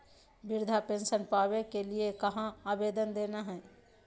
वृद्धा पेंसन पावे के लिए कहा आवेदन देना है?